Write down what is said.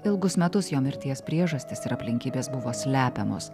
ilgus metus jo mirties priežastys ir aplinkybės buvo slepiamos